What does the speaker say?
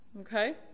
Okay